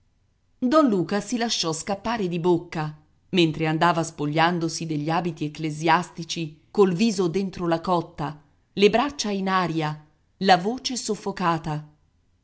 don luca si lasciò scappare di bocca mentre andava spogliandosi degli abiti ecclesiastici col viso dentro la cotta le braccia in aria la voce soffocata